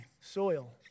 soil